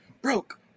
broke